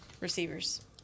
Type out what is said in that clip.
receivers